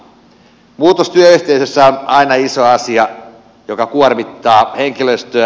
muutos työyhteisössä on aina iso asia joka kuormittaa henkilöstöä